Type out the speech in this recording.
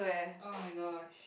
oh-my-gosh